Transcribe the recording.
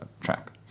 track